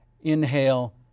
inhale